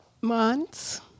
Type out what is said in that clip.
months